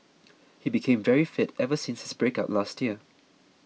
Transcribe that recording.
he became very fit ever since his breakup last year